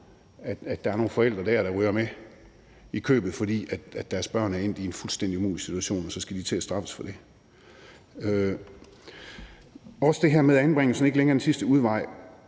at der er nogle forældre, der ryger med i købet, fordi deres børn er endt i en fuldstændig umulig situation, og så skal de til at straffes for det. Der er også det her med, at anbringelsen ikke længere er den sidste udvej.